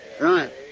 Right